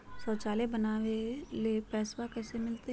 शौचालय बनावे ले पैसबा कैसे मिलते?